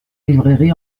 librairies